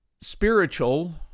spiritual